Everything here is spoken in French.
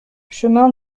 chemin